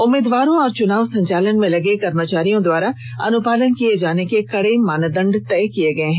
उम्मीदवारों और चुनाव संचालन में लगे कर्मचारियों द्वारा अनुपालन किये जाने के लिए कड़े मानदंड तय किये गये हैं